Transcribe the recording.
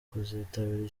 kuzitabira